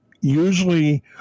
usually